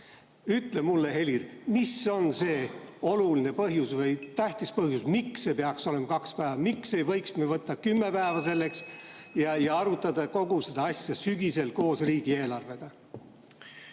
Ütle mulle, Helir, mis on see oluline põhjus või tähtis põhjus, miks see peaks olema kaks päeva? Miks ei võiks me võtta kümme päeva selleks ja arutada kogu seda asja sügisel koos riigieelarvega?